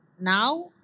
Now